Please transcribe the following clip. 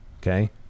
Okay